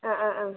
ആ ആ ആ